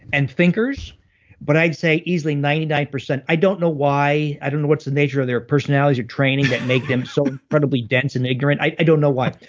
and thinkers but i say easily ninety nine percent. i don't know why. i don't know what's the nature of their personalities or training that make them so incredibly dense and ignorant. i i don't know what,